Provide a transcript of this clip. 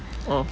oh